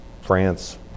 France